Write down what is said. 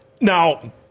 Now